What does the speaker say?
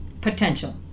potential